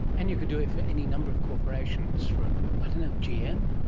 and you could do it for any number of corporations, from, i don't know, gm,